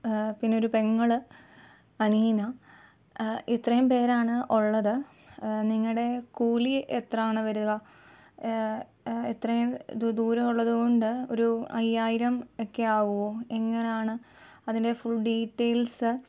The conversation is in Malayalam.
പിന്നെ ഒരു പെങ്ങൾ അനീന ഇത്രയും പേരാണ് ഉള്ളത് നിങ്ങളുടെ കൂലി എത്രയാണ് വരുക ഇത്രയും ദൂരം ഉള്ളതുകൊണ്ട് ഒരു അയ്യായിരം ഒക്കെ ആവുമോ എങ്ങനെയാണ് അതിൻ്റെ ഫുൾ ഡീറ്റെയിൽസ്